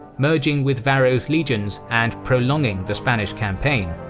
merging with varro's legions and prolonging the spanish campaign.